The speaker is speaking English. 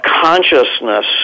consciousness